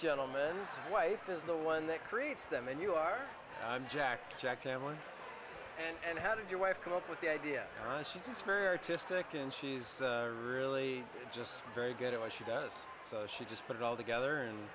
gentleman wife is the one that creates them and you are jack jack family and how did your wife come up with the idea she's very artistic and she's really just very good at what she does she just put it all together and